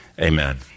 amen